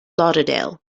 lauderdale